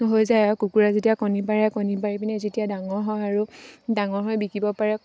হৈ যায় আৰু কুকুৰাই যেতিয়া কণী পাৰে কণী পাৰি পিনে যেতিয়া ডাঙৰ হয় আৰু ডাঙৰ হৈ বিকিব পাৰে